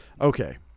Okay